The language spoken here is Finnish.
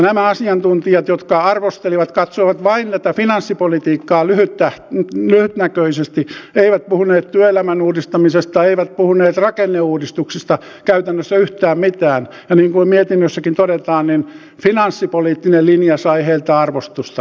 nämä asiantuntijat jotka arvostelivat katsoivat vain tätä finanssipolitiikkaa lyhytnäköisesti eivät puhuneet työelämän uudistamisesta eivät puhuneet rakenneuudistuksista käytännössä yhtään mitään ja niin kuin mietinnössäkin todetaan finanssipoliittinen linja sai heiltä arvostelua